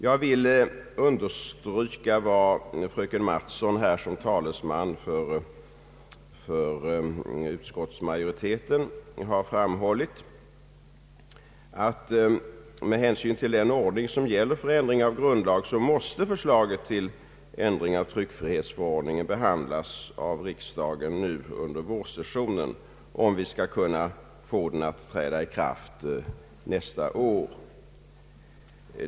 Jag vill understryka vad fröken Mattson som talesman för utskottsmajoriteten har framhållit, nämligen att med hänsyn till den ordning som gäller för ändring av grundlag måste förslaget till ändring av tryckfrihetsförordningen behandlas av riksdagen nu under vårsessionen, om vi skall kunna få den att träda i kraft nästa år.